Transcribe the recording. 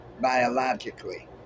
biologically